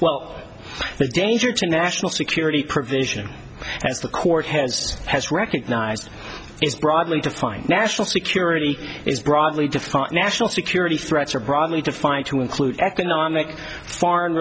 well the danger national security provision as the court has has recognized is broadly defined national security is broadly defined national security threats are broadly defined to include economic foreign